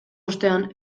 ostean